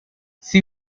she